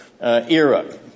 era